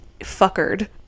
fuckered